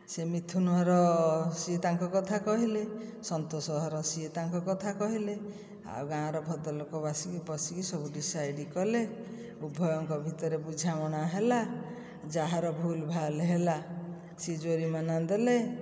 ସେ ମିଥୁନ ଘର ସିଏ ତାଙ୍କ କଥା କହିଲେ ସନ୍ତୋଷ ଘର ସିଏ ତାଙ୍କ କଥା କହିଲେ ଆଉ ଗାଁର ଭଦ୍ରଲୋକ ଆସିକି ବସିକି ସବୁ ଡିସାଇଡ଼ କଲେ ଉଭୟଙ୍କ ଭିତରେ ବୁଝାମଣା ହେଲା ଯାହାର ଭୁଲ୍ ଭାଲ୍ ହେଲା ସିଏ ଯୋରିମାନା ଦେଲେ